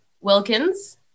Wilkins